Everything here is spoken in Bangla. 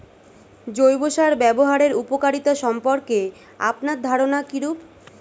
জৈব সার ব্যাবহারের উপকারিতা সম্পর্কে আপনার ধারনা কীরূপ?